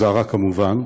זרה, כמובן,